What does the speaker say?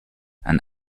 and